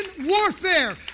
warfare